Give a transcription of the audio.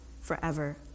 forever